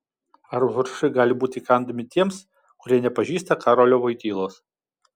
ar užrašai gali būti įkandami tiems kurie nepažįsta karolio voitylos